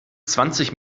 zwanzig